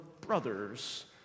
brothers